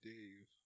Dave